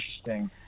interesting